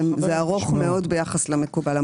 זה ארוך מאוד ביחס למקובל.